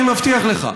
אני מבטיח לך,